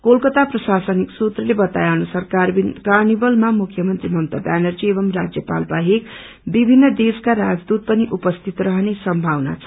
कोलकता प्रशासनिक सूत्रले बताए अनुसार कार्निभल माम ुख्यमंत्री ममता व्यानर्जी एवमं राज्यपाल बाहेक विभ्जिनन देशका राजदूत पनि उपस्थित रहने सम्भावना छ